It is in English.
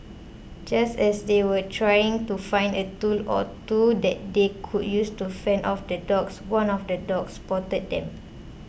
just as they were trying to find a tool or two that they could use to fend off the dogs one of the dogs spotted them